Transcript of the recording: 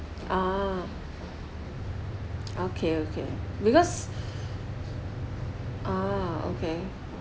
ah okay okay because ah okay